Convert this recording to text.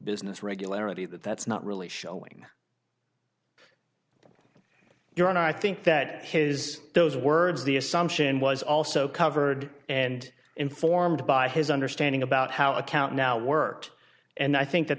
business regularity that that's not really showing your own i think that his those words the assumption was also covered and informed by his understanding about how account now worked and i think that